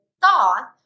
thought